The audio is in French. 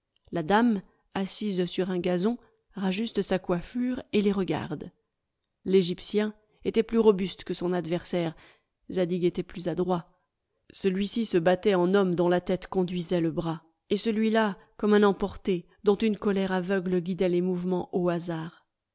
la dame assise sur un gazon rajuste sa coiffure et les regarde l'egyptien était plus robuste que son adversaire zadig était plus adroit celui-ci se battait en homme dont la tête conduisait le bras et celui-là comme un emporté dont une colère aveugle guidait les mouvements au hasard